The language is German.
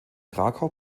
krakau